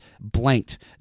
blanked